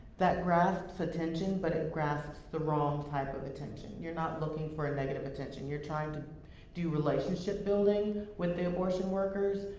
that grasps attention, but that grasps the wrong type of attention. you're not looking for negative attention, you're trying to do relationship-building with the abortion workers,